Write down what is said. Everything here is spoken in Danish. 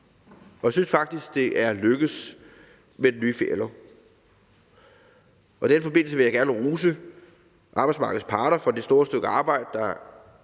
Og jeg synes faktisk, det er lykkedes med den nye ferielov. I den forbindelse vil jeg gerne rose arbejdsmarkedets parter for det store stykke arbejde,